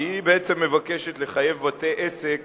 כי היא בעצם מבקשת לחייב בתי-עסק